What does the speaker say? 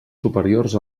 superiors